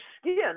skin